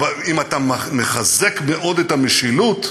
אם אתה מחזק מאוד את המשילות,